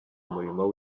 umurimo